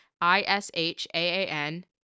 I-S-H-A-A-N